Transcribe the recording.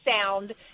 sound